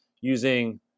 using